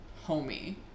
homey